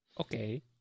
Okay